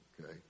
Okay